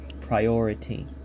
priority